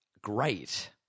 great